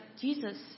Jesus